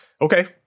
okay